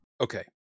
okay